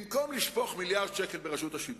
במקום לשפוך מיליארד שקל ברשות השידור,